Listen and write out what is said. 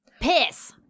Piss